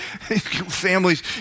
families